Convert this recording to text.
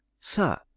Sir